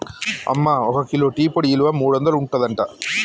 అమ్మ ఒక kilo tea పొడి ఇలువ మూడొందలు ఉంటదట